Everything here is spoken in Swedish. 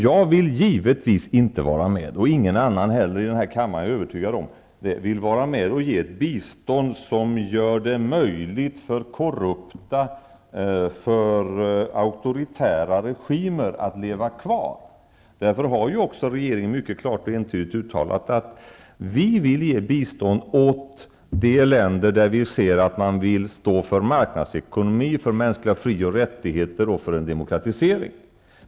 Jag vill givetvis inte vara med om, och jag är övertygad om att ingen annan i denna kammare vill vara med om, att ge bistånd som gör det möjligt för korrupta och auktoritära regimer att leva kvar. Därför har regeringen klart och entydigt uttalat att Sverige ger bistånd åt de länder som vill stå för marknadsekonomi, mänskliga fri och rättigheter och för demokratisering.